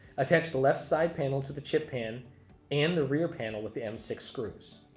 attach the left side panel to the chip pan and the rear panel with the m six screws